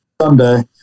Sunday